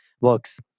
works